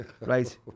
Right